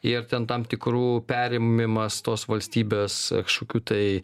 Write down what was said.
ir ten tam tikrų perėmimas tos valstybės kažkokių tai